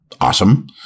awesome